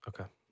Okay